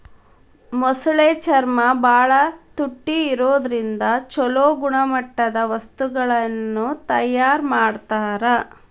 ಮೊಸಳೆ ಚರ್ಮ ಬಾಳ ತುಟ್ಟಿ ಇರೋದ್ರಿಂದ ಚೊಲೋ ಗುಣಮಟ್ಟದ ವಸ್ತುಗಳನ್ನ ತಯಾರ್ ಮಾಡ್ತಾರ